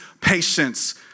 patience